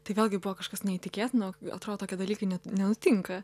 tai vėlgi buvo kažkas neįtikėtino atrodo tokie dalykai net nenutinka